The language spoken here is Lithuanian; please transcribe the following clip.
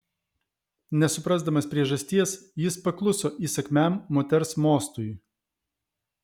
nesuprasdamas priežasties jis pakluso įsakmiam moters mostui